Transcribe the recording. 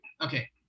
okay